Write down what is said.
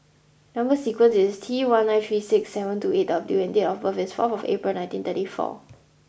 number sequence is T one nine three six seven two eight W and date of birth is four April nineteen thirty four